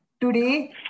today